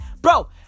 Bro